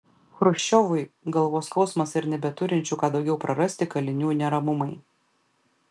chruščiovui galvos skausmas ir nebeturinčių ką daugiau prarasti kalinių neramumai